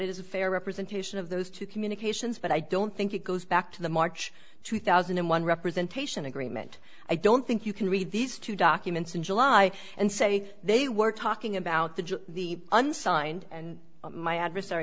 it is a fair representation of those two communications but i don't think it goes back to the march two thousand and one representation agreement i don't think you can read these two documents in july and say they were talking about the unsigned and my ad